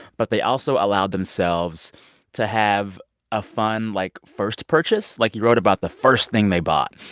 but they also allowed themselves to have a fun, like, first purchase. like, you wrote about the first thing they bought.